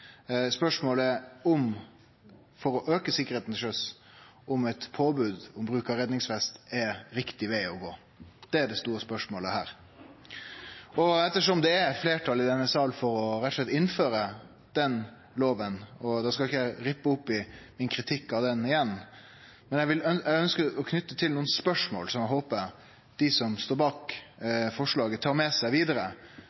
Spørsmålet er om eit påbod om bruk av redningsvest er riktig veg å gå for å auke sikkerheita til sjøs. Det er det store spørsmålet her. Ettersom det er fleirtal i denne salen for å innføre denne lova – eg skal ikkje rippe opp igjen i min kritikk av ho – ønskjer eg å knyte nokre spørsmål til ho som eg håpar at dei som står bak